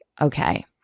okay